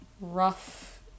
rough